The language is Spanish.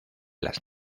las